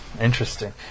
Interesting